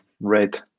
red